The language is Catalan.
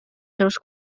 seus